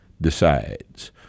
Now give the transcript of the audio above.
Decides